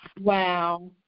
Wow